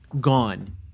gone